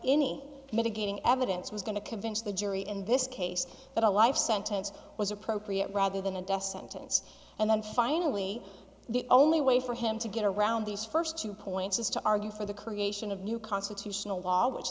any mitigating evidence was going to convince the jury in this case that a life sentence was appropriate rather than a death sentence and then finally the only way for him to get around these first two points is to argue for the creation of new constitutional law which